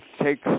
take